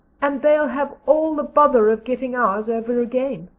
and they'll have all the bother of getting ours over again.